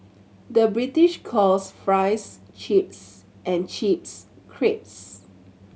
the British calls fries chips and chips